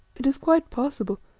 it is quite possible,